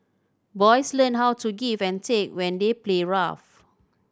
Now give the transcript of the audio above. boys learn how to give and take when they play rough